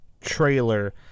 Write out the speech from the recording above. trailer